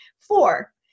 Four